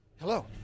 Hello